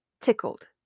tickled